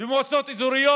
במועצות אזוריות.